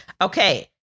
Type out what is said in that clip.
Okay